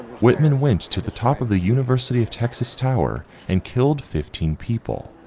whitman went to the top of the university of texas tower and killed fifteen people.